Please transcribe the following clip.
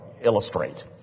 illustrate